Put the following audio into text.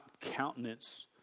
countenance